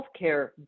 healthcare